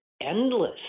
endless